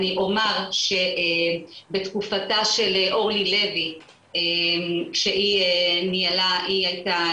אני אומר שבתקופתה של אורלי לוי שהיא ניהלה היא הייתה